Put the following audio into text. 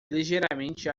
ligeiramente